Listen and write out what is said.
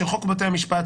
של חוק בתי המשפט,